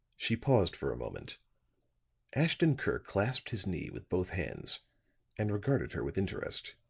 she paused for a moment ashton-kirk clasped his knee with both hands and regarded her with interest.